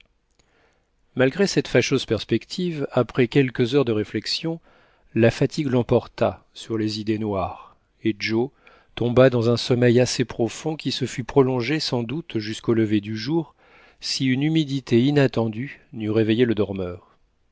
malgré cette fâcheuse perspective après quelques heures de réflexion la fatigue l'emporta sur les idées noires et joe tomba dans un sommeil assez profond qui se fût prolongé sans doute jusqu'au lever du jour si une humidité inattendue n'eût réveillé le dormeur